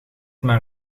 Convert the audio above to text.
maar